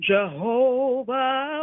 Jehovah